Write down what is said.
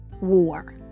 war